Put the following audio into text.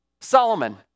Solomon